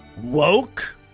woke